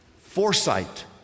Foresight